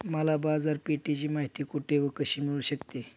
मला बाजारपेठेची माहिती कुठे व कशी मिळू शकते?